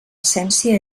essència